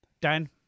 Dan